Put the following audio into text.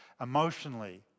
emotionally